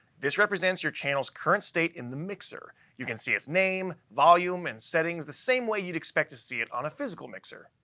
this represents your channel's current state in the mixer. you can see its name, volume and settings the same way you'd expect to see it on a physical mixer.